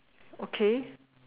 okay